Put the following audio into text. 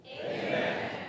Amen